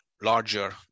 larger